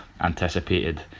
anticipated